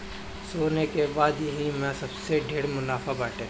सोना के बाद यही में सबसे ढेर मुनाफा बाटे